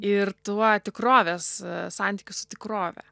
ir tuo tikrovės santykį su tikrove